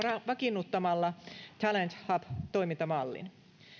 vakiinnuttamalla talent hub toimintamallin